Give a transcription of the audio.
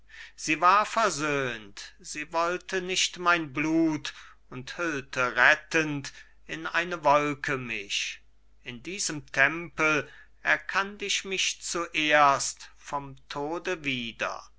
sie war versöhnt sie wollte nicht mein blut und hüllte rettend in eine wolke mich in diesem tempel erkannt ich mich zuerst vom tode wieder